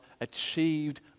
achieved